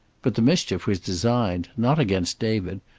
but the mischief was designed, not against david,